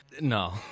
No